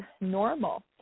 normal